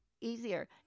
easier